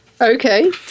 Okay